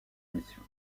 édition